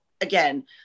again